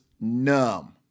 NUMB